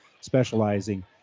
specializing